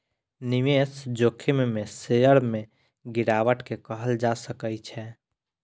निवेश जोखिम में शेयर में गिरावट के कहल जा सकै छै